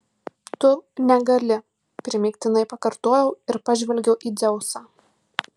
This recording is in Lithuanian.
tu negali primygtinai pakartojau ir pažvelgiau į dzeusą